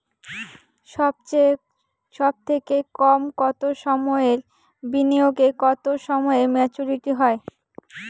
সবথেকে কম কতো সময়ের বিনিয়োগে কতো সময়ে মেচুরিটি হয়?